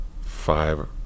five